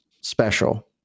special